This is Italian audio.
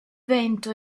vento